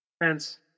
Hence